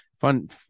Fun